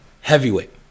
Heavyweight